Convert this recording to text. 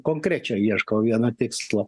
konkrečiai ieškau vieno tikslo